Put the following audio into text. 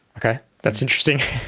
okay, that's interesting.